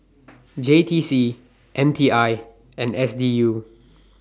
J T C M T I and S D U